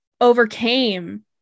overcame